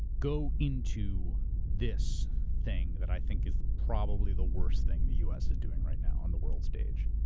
go into this thing that i think is probably the worst thing the u. s. is doing right now, on the world stage,